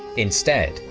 instead,